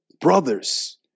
brothers